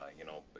you know,